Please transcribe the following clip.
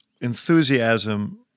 enthusiasm